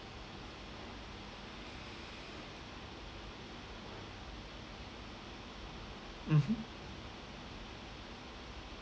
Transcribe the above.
mmhmm